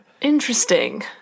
Interesting